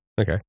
okay